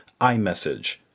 iMessage